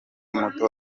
muto